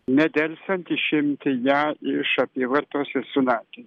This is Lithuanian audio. nedelsiant išimti ją iš apyvartos ir sunaikinti